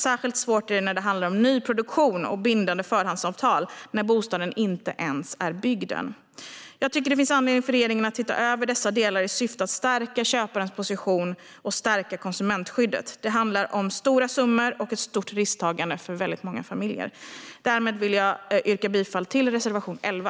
Särskilt svårt är det när det handlar om nyproduktion och bindande förhandsavtal när bostaden inte ens är byggd ännu. Jag tycker att det finns anledning för regeringen att se över dessa delar i syfte att stärka köparens position och att stärka konsumentskyddet. Det handlar om stora summor och ett stort risktagande för väldigt många familjer. Med detta vill jag yrka bifall till reservation 11.